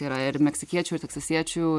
yra ir meksikiečių ir teksasiečių